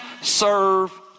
serve